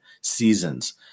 seasons